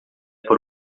por